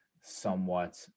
somewhat